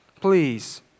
Please